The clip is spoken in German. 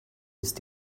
ist